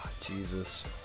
Jesus